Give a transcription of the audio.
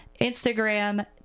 Instagram